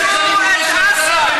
מה כשל?